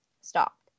stopped